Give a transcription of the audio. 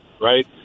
right